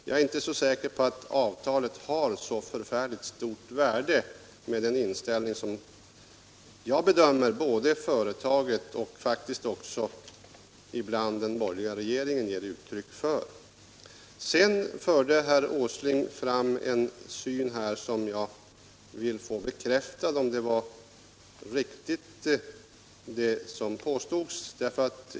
Jag är inte säker på att avtalet har så stort värde med den inställning som både företaget och faktiskt också ibland den borgerliga regeringen ger uttryck för.